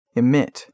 emit